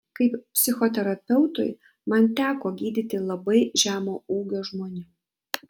kaip psichoterapeutui man teko gydyti labai žemo ūgio žmonių